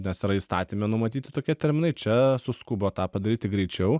nes yra įstatyme numatyti tokie terminai čia suskubo tą padaryti greičiau